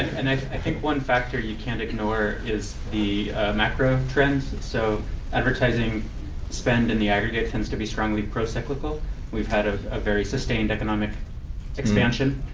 and i think one factor you can't ignore is the macro trends. so advertising spend in the aggregate tends to be strongly pro-cyclical. and we've had a ah very sustained economic expansion.